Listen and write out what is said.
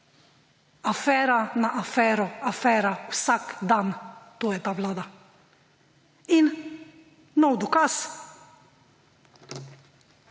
Afera na afero, afera vsak dan. To je ta vlada. In nov dokaz,